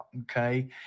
okay